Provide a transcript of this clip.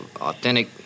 authentic